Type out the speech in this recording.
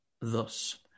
thus